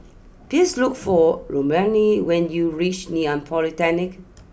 please look for Romaine when you reach Ngee Ann Polytechnic